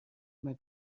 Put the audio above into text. مگه